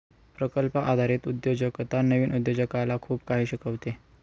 प्रकल्प आधारित उद्योजकता नवीन उद्योजकाला खूप काही शिकवते